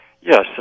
Yes